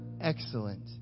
excellent